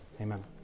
amen